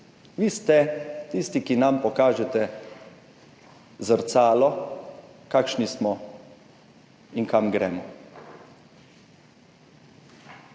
Vi ste tisti, ki nam pokažete zrcalo, kakšni smo in kam gremo,